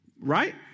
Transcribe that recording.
right